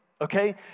okay